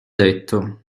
detto